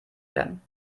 werden